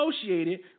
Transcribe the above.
associated